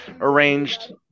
arranged